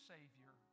Savior